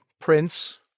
Prince